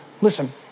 listen